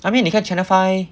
I mean 你看 channel five